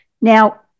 Now